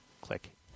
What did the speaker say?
Click